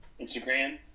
Instagram